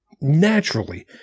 naturally